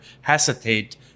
hesitate